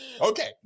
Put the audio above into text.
Okay